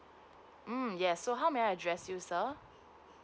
mm yes so how may I address you sir